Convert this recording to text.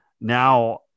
Now